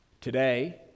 Today